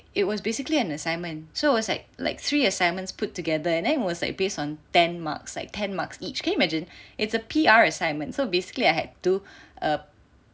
it was basically an assignment so was like like three assignments put together and then it was like based on ten marks like ten marks each can you imagine it's a P_R assignment so basically I had to do err